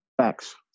Facts